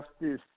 Justice